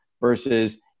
versus